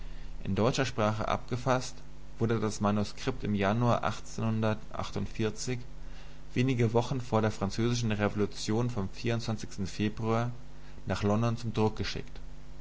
in deutscher sprache abgefaßt wurde das manuskript im januar wenige wochen vor der französischen revolution vom februar nach london zum druck geschickt